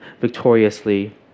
victoriously